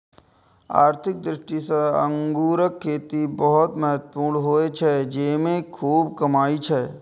आर्थिक दृष्टि सं अंगूरक खेती बहुत महत्वपूर्ण होइ छै, जेइमे खूब कमाई छै